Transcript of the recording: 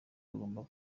bagomba